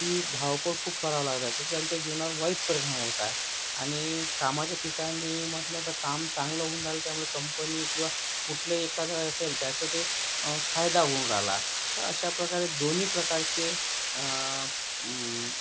ती धावपळ खूप करावं लागत आहे तर त्यांच्या जीवनाव वाईट परिणाम होत आहे आणि कामाच्या ठिकाणी म्हटलं तर काम चांगलं होऊन राहिलं त्याच्यामुळे कंपनी किंवा कुठलेही एखादं असेल त्याचं ते फायदा होऊन राहिला तर अशाप्रकारे दोन्ही प्रकारचे